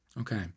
Okay